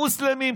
מוסלמים,